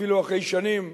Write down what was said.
אפילו אחרי שנים,